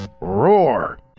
Roar